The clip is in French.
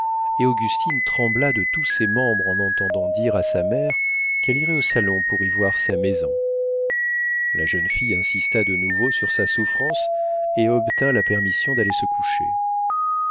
et augustine trembla de tous ses membres en entendant dire à sa mère qu'elle irait au salon pour y voir sa maison la jeune fille insista de nouveau sur sa souffrance et obtint la permission d'aller se coucher